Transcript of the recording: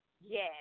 Yes